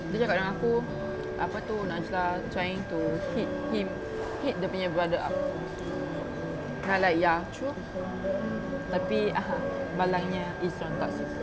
dia cakap dengan aku apa tu najlah trying to hit him hit dia punya brother up but like ya true tapi malangnya izuan tak suka